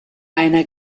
einer